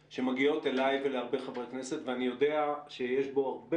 שמגיעות אלי ואל הרבה חברי כנסת ואני יודע שיש בו הרבה